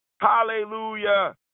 Hallelujah